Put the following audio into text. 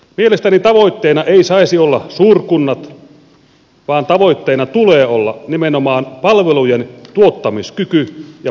mielestäni tavoitteena ei saisi olla suurkunnat vaan tavoitteena tulee olla nimenomaan palvelujentuottamiskyky ja palveluiden laatu